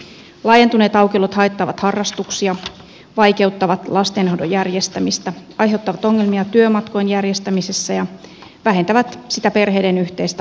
laajentuneet aukiolot haittaavat harrastuksia vaikeuttavat lastenhoidon järjestämistä aiheuttavat ongelmia työmatkojen järjestämisessä ja vähentävät sitä perheiden yhteistä aikaa